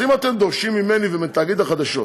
אז אם אתם דורשים ממני ומתאגיד החדשות